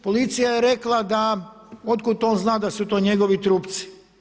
Policija je rekla da, od kud on zna da su to njegovi trupci?